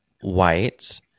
white